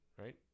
right